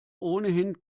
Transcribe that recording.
ohnehin